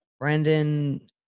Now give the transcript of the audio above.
Brandon